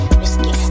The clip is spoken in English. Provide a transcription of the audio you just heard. whiskey